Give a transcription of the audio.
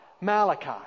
Malachi